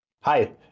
Hi